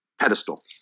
pedestal